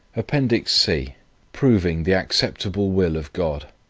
appendix c proving the acceptable will of god